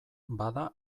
bada